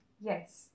Yes